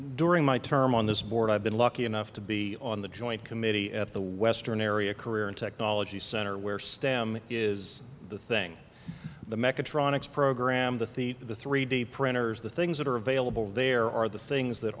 during my term on this board i've been lucky enough to be on the joint committee at the western area career in technology center where stem is the thing the mechatronics program the theat the three d printers the things that are available there are the things that